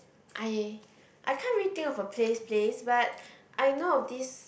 I I can't really think of a place place but I know of this